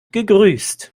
gegrüßt